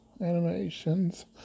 animations